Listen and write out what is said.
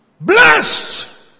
Blessed